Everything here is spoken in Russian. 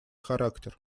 характер